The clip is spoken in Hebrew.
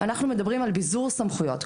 אנחנו מדברים על ביזור סמכויות.